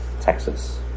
texas